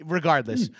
Regardless